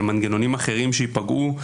על מנגנונים אחרים שייפגעו.